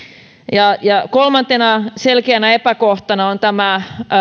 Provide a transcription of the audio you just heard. ja ja kolmantena selkeänä epäkohtana on tämä